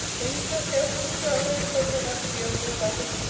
will you still care for me, darling, if i turn out to be only eleven?